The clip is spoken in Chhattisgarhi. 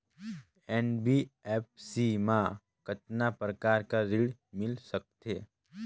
एन.बी.एफ.सी मा कतना प्रकार कर ऋण मिल सकथे?